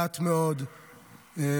מעט מאוד משרתים.